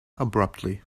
abruptly